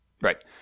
Right